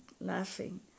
laughing